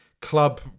club